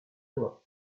loin